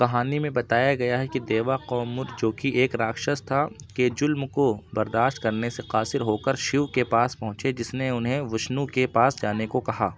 کہانی میں بتایا گیا ہے کہ دیوا قومر جوکہ ایک راکچھس تھا کے ظلم کو برداشت کرنے سے قاصر ہو کر شیو کے پاس پہنچے جس نے انہیں وشنو کے پاس جانے کو کہا